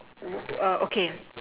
oh uh okay